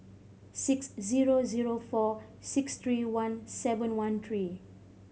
six zero zero four six three one seven one three